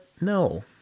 No